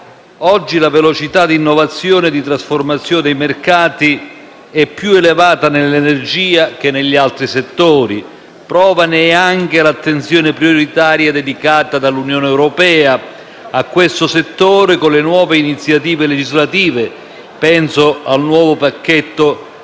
Oggi la velocità di innovazione e di trasformazione dei mercati è più elevata nell'energia che negli altri settori. Prova ne è anche l'attenzione prioritaria dedicata dall'Unione europea a questo settore, con le nuove iniziative legislative: penso al nuovo pacchetto Clean